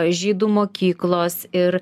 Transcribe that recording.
žydų mokyklos ir